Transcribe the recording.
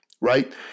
right